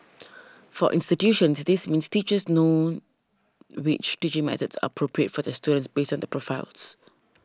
for institutions this means teachers know which teaching methods are appropriate for their students based on their profiles